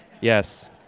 Yes